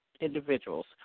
individuals